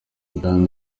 ibwami